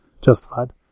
Justified